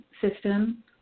system